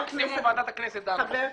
מקסימום ועדת הכנסת דנה.